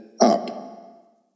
up